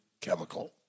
chemical